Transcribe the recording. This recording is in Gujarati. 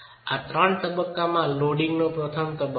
આ ત્રણ તબક્કામાં લોડિંગ પ્રથમ તબક્કો છે